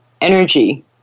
energy